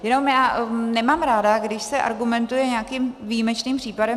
Jenom já nemám ráda, když se argumentuje nějakým výjimečným případem.